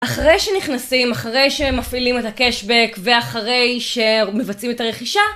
אחרי שנכנסים, אחרי שמפעילים את הקשבק ואחרי שמבצעים את הרכישה